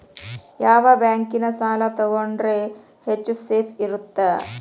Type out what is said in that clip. ಯಾವ ಬ್ಯಾಂಕಿನ ಸಾಲ ತಗೊಂಡ್ರೆ ಹೆಚ್ಚು ಸೇಫ್ ಇರುತ್ತಾ?